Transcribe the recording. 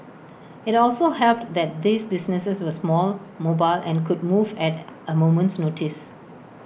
IT also helped that these businesses were small mobile and could move at A moment's notice